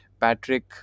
Patrick